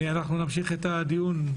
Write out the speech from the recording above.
אנחנו נמשיך את הדיון.